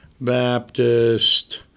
Baptist